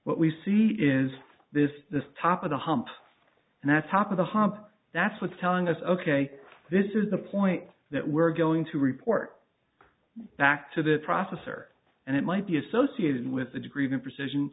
what we see is this the top of the hump and that's half of the hump that's what's telling us ok this is the point that we're going to report back to the processor and it might be associated with a degree of imprecision